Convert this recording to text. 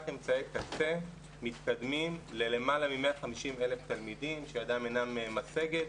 אמצעי קצה מתקדמים ללמעלה מ-150,000 תלמידים שידם אינה משגת.